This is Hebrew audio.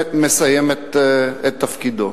את תפקידו.